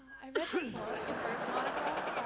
i read your book, your first monograph,